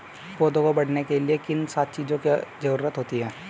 पौधों को बढ़ने के लिए किन सात चीजों की जरूरत होती है?